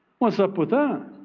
what's up with that?